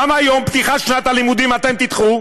למה יום פתיחת שנת הלימודים אתם תדחו?